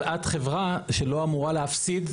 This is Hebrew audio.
אבל את חברה שלא אמורה להפסיד.